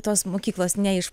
tos mokyklos ne iš